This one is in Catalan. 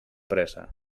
pressa